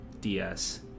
DS